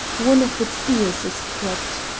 one of its ears is cropped.